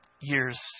years